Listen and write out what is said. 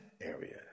area